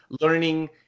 learning